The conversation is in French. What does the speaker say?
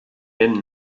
même